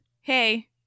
hey